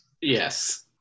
Yes